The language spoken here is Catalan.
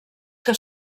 que